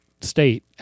state